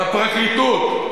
לפרקליטות,